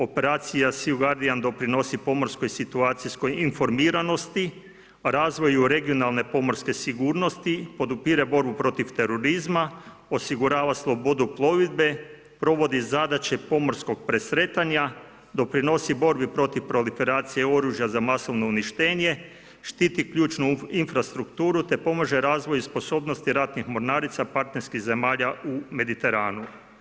Operacija SEA GUARDIAN doprinosi pomorskoj situacijskoj informiranosti, razvoju regionalne pomorske sigurnosti, podupire borbu protiv terorizma, osigurava slobodu provedbe, provodi zadaće pomorskog presretanja, doprinosi borbi protiv proliferacije oružja za masovno uništenje, štiti ključnu infrastrukturu te pomaže razvoju sposobnosti ratnih mornarica partnerskih zemalja u Mediteranu.